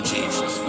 Jesus